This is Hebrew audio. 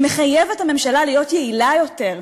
שמחייב את הממשלה להיות יעילה יותר,